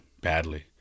badly